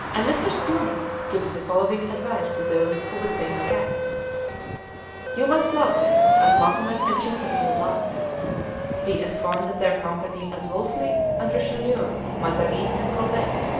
and mr. spielman gives the following advice to those who would paint cats you must love them, as mahomet and chesterfield loved them be as fond of their company as wolsley and richelieu, mazarin and colbert,